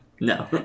No